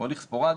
הוא הליך ספורדי,